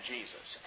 Jesus